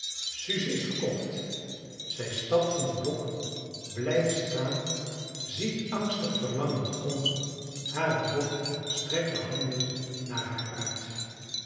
suze is verkocht zij stapt van het blok blijft staan ziet angstig verlangend om hare dochter strekt de handen naar haar uit